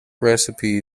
recipe